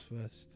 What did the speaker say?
first